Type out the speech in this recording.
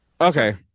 Okay